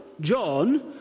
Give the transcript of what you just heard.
John